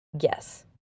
Yes